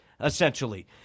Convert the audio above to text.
essentially